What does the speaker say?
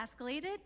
escalated